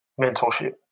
mentorship